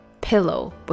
Pillow